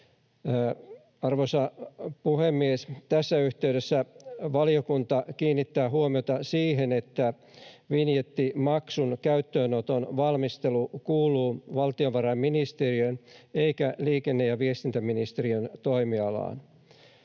Arvoisa puhemies! Tässä yhteydessä valiokunta kiinnittää huomiota siihen, että vinjettimaksun käyttöönoton valmistelu kuuluu valtiovarainministeriön eikä liikenne‑ ja viestintäministeriön toimialaan.